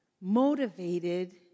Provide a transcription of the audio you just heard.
motivated